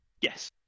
Yes